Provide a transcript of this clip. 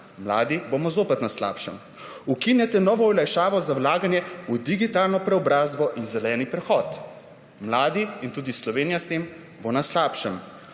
Mladi bomo zopet na slabšem. Ukinjate novo olajšavo za vlaganje v digitalno preobrazbo in zeleni prehod. Mladi in tudi Slovenija s tem bo na slabšem.